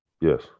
yes